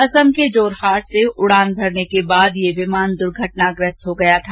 असम के जोरहाट से उड़ान भरने के बाद यह विमान दुर्घटनाग्रस्त हो गया था